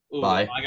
Bye